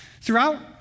Throughout